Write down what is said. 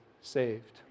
saved